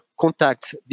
contacts